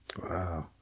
Wow